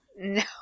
No